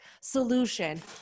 solution